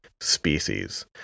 species